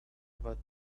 about